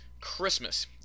Christmas